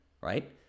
right